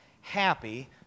happy